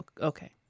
Okay